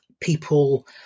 people